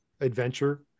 adventure